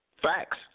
Facts